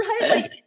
right